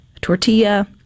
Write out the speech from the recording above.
tortilla